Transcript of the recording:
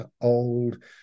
old